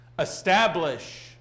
Establish